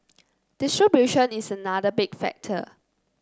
distribution is another big factor